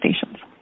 stations